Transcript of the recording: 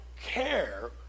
care